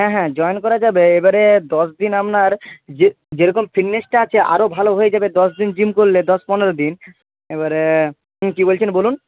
হ্যাঁ হ্যাঁ জয়েন করা যাবে এইবারে দশ দিন আপনার যে যেরকম ফিটনেসটা আছে আরও ভালো হয়ে যাবে দশদিন জিম করলে দশ পনেরো দিন এবারে কি বলছেন বলুন